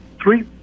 three